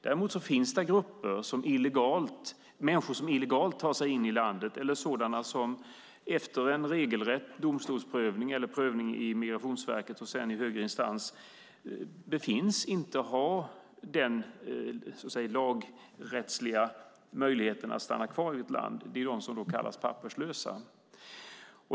Däremot finns det människor som illegalt tar sig in i landet eller sådana som efter en regelrätt domstolsprövning eller efter prövning av Migrationsverket och sedan av högre instans inte befinns ha den lagrättsliga möjligheten att stanna kvar här. Det är de som kallas papperslösa.